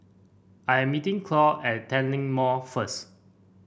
I am meeting Claud at Tanglin Mall first